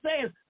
says